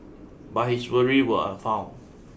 but his worry were unfounded